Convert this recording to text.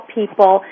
people